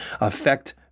affect